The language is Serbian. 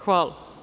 Hvala.